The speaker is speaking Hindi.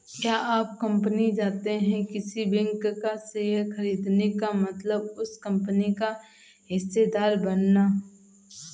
क्या आप जानते है किसी कंपनी का शेयर खरीदने का मतलब उस कंपनी का हिस्सेदार बनना?